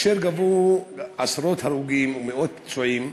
והן גבו עשרות הרוגים ומאות פצועים.